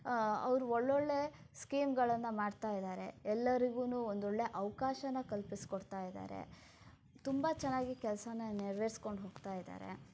ಅವರು ಒಳ್ಳೊಳ್ಳೆಯ ಸ್ಕೀಮ್ಗಳನ್ನು ಮಾಡ್ತಾಯಿದ್ದಾರೆ ಎಲ್ಲರಿಗೂ ಒಂದೊಳ್ಳೆಯ ಅವಕಾಶನ ಕಲ್ಪಿಸಿಕೊಡ್ತಾಯಿದ್ದಾರೆ ತುಂಬ ಚೆನ್ನಾಗಿ ಕೆಲಸಾನ ನೆರವೇರಿಸಿಕೊಂಡು ಹೋಗ್ತಾಯಿದ್ದಾರೆ